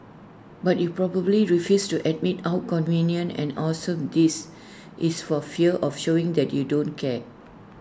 but you probably refuse to admit how convenient and awesome this is for fear of showing that you don't care